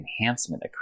Enhancement